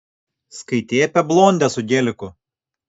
skaitei apie blondę su geliku